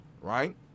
Right